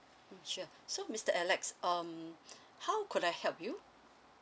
mm sure so mister alex um how could I help you